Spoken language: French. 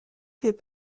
fait